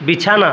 বিছানা